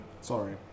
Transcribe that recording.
sorry